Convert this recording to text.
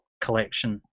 collection